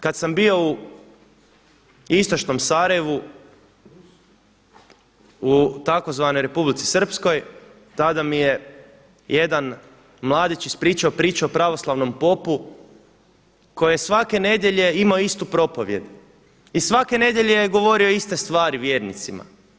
Kad sam bio u istočnom Sarajevu u tzv. Republici srpskoj, tada mi je jedan mladić ispričao priču o pravoslavnom popu koji je svake nedjelje imao istu propovijed i svake nedjelje je govorio iste stvari vjernicima.